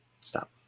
Stop